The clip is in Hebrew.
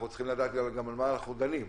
אנחנו צריכים לדעת על מה אנחנו דנים,